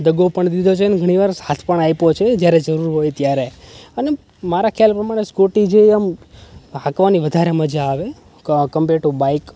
દગો પણ દીધો છે ને ઘણીવાર સાથ પણ આપ્યો છે જ્યારે જરૂર હોય ત્યારે અને મારા ખ્યાલ પ્રમાણે સ્કૂટી જે આમ હાંકવાની વધારે મજા આવે કમ્પેર ટુ બાઇક